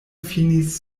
finis